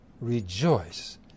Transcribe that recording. rejoice